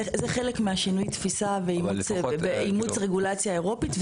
זה חלק מהשינוי תפיסה ואימוץ רגולציה אירופית.